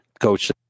Coach